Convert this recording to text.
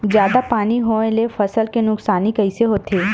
जादा पानी होए ले फसल के नुकसानी कइसे होथे?